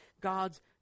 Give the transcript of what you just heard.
God's